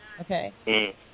Okay